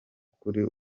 kuri